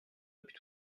depuis